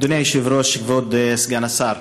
אדוני היושב-ראש, כבוד סגן השר,